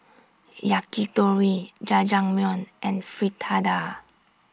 Yakitori Jajangmyeon and Fritada